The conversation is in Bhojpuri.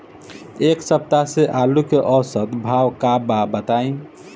एक सप्ताह से आलू के औसत भाव का बा बताई?